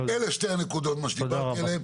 אלה שתי הנקודות שדיברתי עליהן,